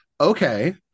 Okay